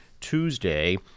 Tuesday